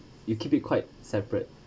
you keep it quite separate